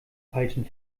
falschen